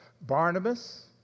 Barnabas